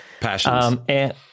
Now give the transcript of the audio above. Passions